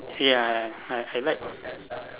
ya I I like